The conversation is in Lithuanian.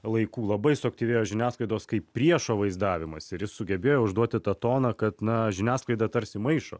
laikų labai suaktyvėjo žiniasklaidos kaip priešo vaizdavimas ir jis sugebėjo užduoti tą toną kad na žiniasklaida tarsi maišo